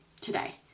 today